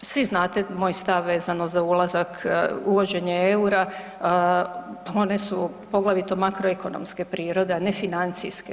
Svi znate moj stav vezano za ulazak, uvođenje EUR-a, pa one su poglavito makroekonomske prirode, a ne financijske.